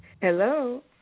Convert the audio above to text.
Hello